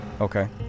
Okay